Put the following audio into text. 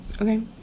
Okay